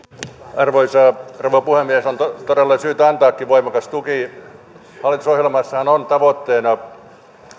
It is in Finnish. arvoisa rouva puhemies on todella syytä antaakin voimakas tuki hallitusohjelmassahan on tavoitteena